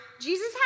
Jesus